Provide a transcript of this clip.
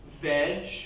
veg